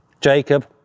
Jacob